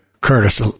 Curtis